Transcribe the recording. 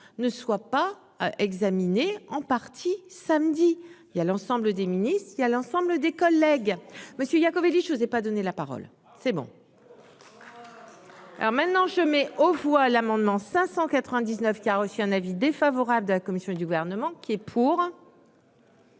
ne soit pas examinée en partie samedi il y a l'ensemble des ministres aussi à l'ensemble des collègues, monsieur Iacovelli je osais pas donné la parole, c'est bon. Alors maintenant je mets aux voix l'amendement 599 qui a reçu un avis défavorable de la commission du gouvernement qui est pour.